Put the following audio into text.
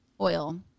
oil